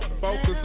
Focus